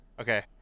Okay